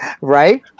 Right